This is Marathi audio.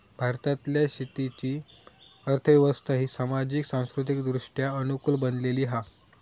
भारतातल्या शेतीची अर्थ व्यवस्था ही सामाजिक, सांस्कृतिकदृष्ट्या अनुकूल बनलेली हा